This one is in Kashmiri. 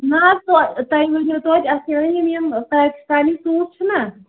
نہ حظ تو تۄہہِ ؤنِو تویتہِ اَتھ کیٛاہ ونان یِم یِم پیکِستانی سوٗٹ چھِ نا